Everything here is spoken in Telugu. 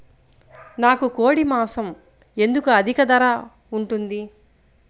నాకు కోడి మాసం ఎందుకు అధిక ధర ఉంటుంది?